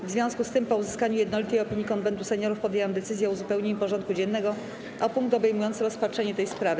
W związku z tym, po uzyskaniu jednolitej opinii Konwentu Seniorów, podjęłam decyzję o uzupełnieniu porządku dziennego o punkt obejmujący rozpatrzenie tej sprawy.